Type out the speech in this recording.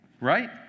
right